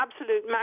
absolute